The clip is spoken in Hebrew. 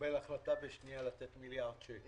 לקבל החלטה בשנייה לתת מיליארד שקלים.